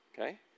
Okay